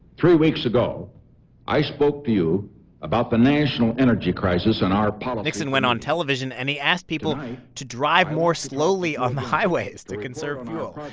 three weeks ago i spoke to you about the national energy crisis and our. nixon went on television. and he asked people to drive more slowly on the highways to conserve fuel.